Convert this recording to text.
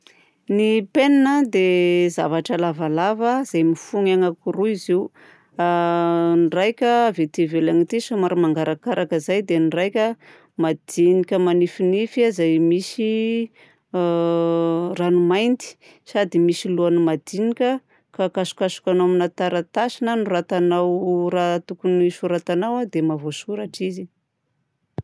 Ny penina a dia zavatra lavalava izay mifony anakiroa izy io. Ny iraika aty ivelany aty somary mangarakaraka izay dia ny iraika madinika manifinify izay misy rano mainty sady misy lohany madinika ka hakasokasokanao amina taratasy na hanoratanao raha tokony ho soratanao dia mahavoasoratra izy.